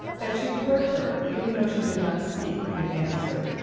that she heard her even though she did not speak in answer.